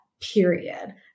period